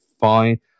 fine